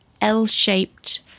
l-shaped